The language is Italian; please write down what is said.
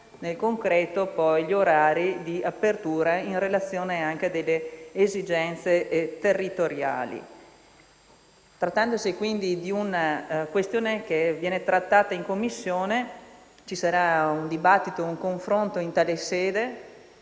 nel concreto gli orari di apertura anche in relazione alle loro esigenze territoriali. Trattandosi quindi di una questione che viene trattata in Commissione, ci sarà un dibattito in tale sede